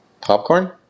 Popcorn